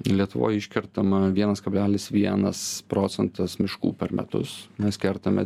lietuvoj iškertama dvienas kablelis vienas procentų miškų per metus mes kertame